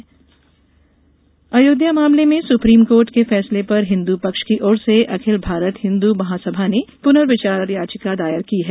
अयोध्या पुनर्विचार अयोध्या मामले में सुप्रीम कोर्ट के फैसले पर हिन्दू पक्ष की ओर से अखिल भारत हिन्दू महासभा ने पुनर्विचार याचिका दायर की है